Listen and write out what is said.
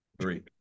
three